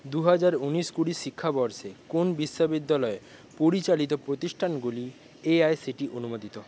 দুহাজার উনিশ কুড়ি শিক্ষাবর্ষে কোন বিশ্ববিদ্যালয় পরিচালিত প্রতিষ্ঠানগুলি A I C T E অনুমোদিত